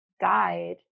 died